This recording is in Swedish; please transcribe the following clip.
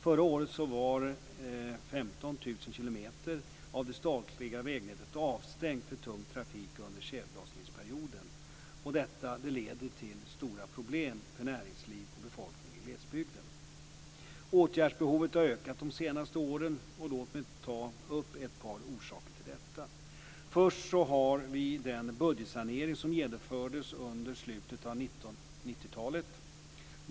Förra året var 15 000 kilometer av det statliga vägnätet avstängt för tung trafik under tjällossningsperioden. Detta leder till stora problem för näringsliv och befolkning i glesbygden. Åtgärdsbehovet har ökat de senaste åren. Låt mig ta upp ett par orsaker till detta. Först har vi den budgetsanering som genomfördes under slutet av 90 talet.